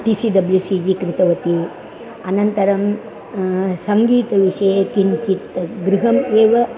TCWCG कृतवती अनन्तरं सङ्गीतविषये किञ्चित् गृहम् एव